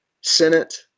Senate